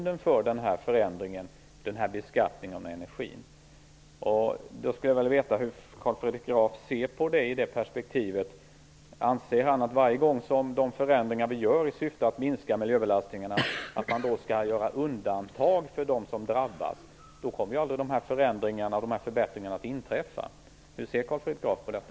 Det är själva grunden för förändringen av beskattningen av energin. Jag skulle vilja veta vad Carl Fredrik Graf anser om problemet, sett ur det perspektivet. Anser han att vi varje gång det görs förändringar i syfte att minska miljöbelastningen skall göra undantag för dem som drabbas? Då kommer ju förändringarna och förbättringarna aldrig att inträffa. Hur ser Carl Fredrik Graf på detta?